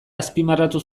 azpimarratu